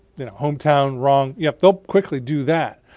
you know hometown, wrong, yeah they'll quickly do that.